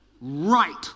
Right